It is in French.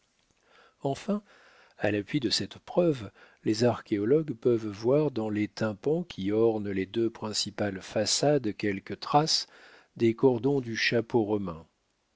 enfin à l'appui de cette preuve les archéologues peuvent voir dans les tympans qui ornent les deux principales façades quelques traces de cordons du chapeau romain